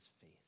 faith